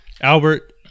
Albert